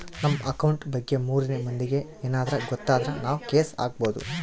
ನಮ್ ಅಕೌಂಟ್ ಬಗ್ಗೆ ಮೂರನೆ ಮಂದಿಗೆ ಯೆನದ್ರ ಗೊತ್ತಾದ್ರ ನಾವ್ ಕೇಸ್ ಹಾಕ್ಬೊದು